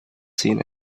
seen